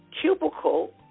Cubicle